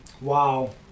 Wow